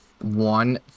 one